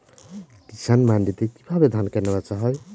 কৃষান মান্ডিতে কি ভাবে ধান কেনাবেচা হয়?